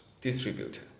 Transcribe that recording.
Distributor